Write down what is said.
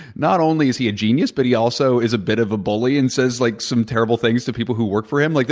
not only is he a genius, but he also is a bit of a bully and says like some terrible things to people who work for him. like